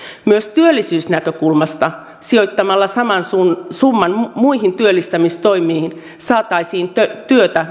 myös työllisyysnäkökulmasta sijoittamalla saman summan summan muihin työllistämistoimiin saataisiin myös työtä